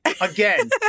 again